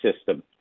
system